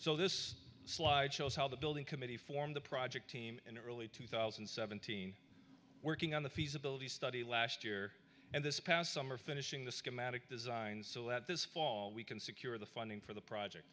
so this slide shows how the building committee formed the project team in early two thousand and seventeen working on the feasibility study last year and this past summer finishing the schematic design so that this fall we can secure the funding for the project